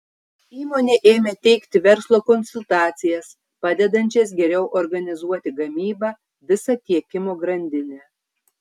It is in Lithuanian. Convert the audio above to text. įmonė ėmė teikti verslo konsultacijas padedančias geriau organizuoti gamybą visą tiekimo grandinę